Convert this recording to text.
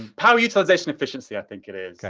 power utilization efficiency, i think it is.